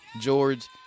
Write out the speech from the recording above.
George